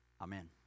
amen